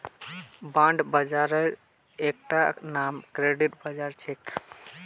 bond बाजारेर एकता नाम क्रेडिट बाजार छेक